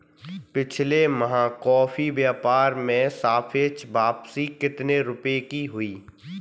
पिछले माह कॉफी व्यापार में सापेक्ष वापसी कितने रुपए की हुई?